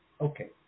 Okay